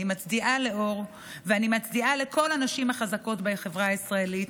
אני מצדיעה לאור ואני מצדיעה לכל הנשים החזקות בחברה הישראלית.